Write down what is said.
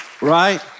Right